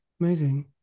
Amazing